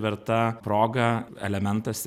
verta proga elementas